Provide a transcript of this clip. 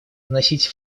вносить